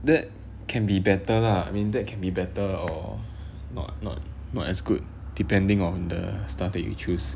that can be better lah I mean that can be better or not not not as good depending on the stuff that you choose